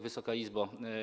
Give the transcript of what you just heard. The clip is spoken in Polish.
Wysoka Izbo!